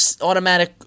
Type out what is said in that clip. automatic